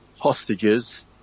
hostages